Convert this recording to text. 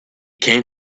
came